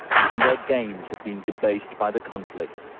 even their games have been debased by the conflict,